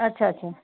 ଆଚ୍ଛା ଆଚ୍ଛା